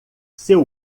seu